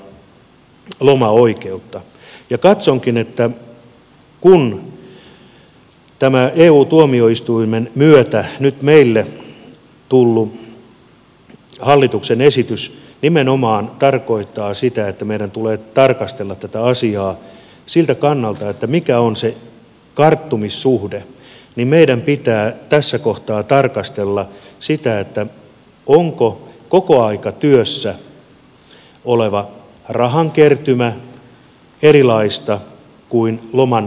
katsonkin että kun tämä eu tuomioistuimen myötä nyt meille tullut hallituksen esitys nimenomaan tarkoittaa sitä että meidän tulee tarkastella tätä asiaa siltä kannalta mikä on se karttumissuhde niin meidän pitää tässä kohtaa tarkastella sitä onko kokoaikatyössä oleva rahankertymä erilaista kuin lomankäyttöoikeus